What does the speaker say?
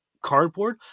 Cardboard